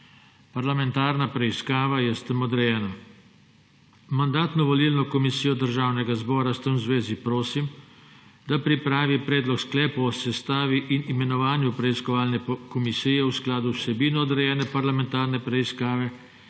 Parlamentarna preiskava je s tem odrejena. Mandatno-volilno komisijo Državnega zbora v zvezi s tem prosim, da pripravi Predlog sklepa o sestavi in imenovanju preiskovalne komisije v skladu z vsebino odrejene parlamentarne preiskave